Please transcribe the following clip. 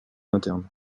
interne